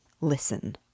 Listen